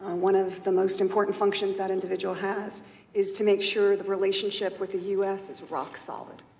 one of the most important functions that individual has is to make sure the relationship with the u s. is rocksolid.